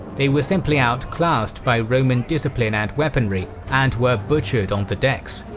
they were simply outclassed by roman discipline and weaponry and were butchered on the decks.